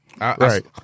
right